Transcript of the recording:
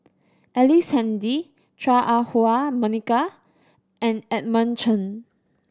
Ellice Handy Chua Ah Huwa Monica and Edmund Chen